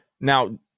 Now